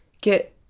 get